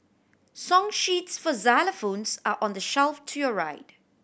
song sheets for xylophones are on the shelf to your right